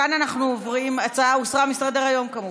ההצעה הוסרה מסדר-היום, כמובן.